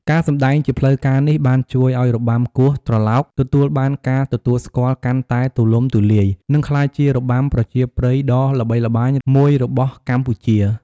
ការសម្តែងជាផ្លូវការនេះ បានជួយឱ្យរបាំគោះត្រឡោកទទួលបានការទទួលស្គាល់កាន់តែទូលំទូលាយ និងក្លាយជារបាំប្រជាប្រិយដ៏ល្បីល្បាញមួយរបស់កម្ពុជា។